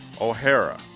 O'Hara